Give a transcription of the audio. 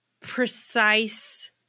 precise